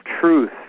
truth